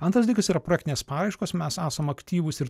antras dalykas yra projektinės paraiškos mes esam aktyvūs ir